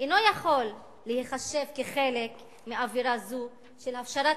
אינו יכול להיחשב כחלק מאווירה זו של הכשרת